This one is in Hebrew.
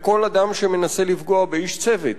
כלפי כל אדם שמנסה לפגוע באיש צוות,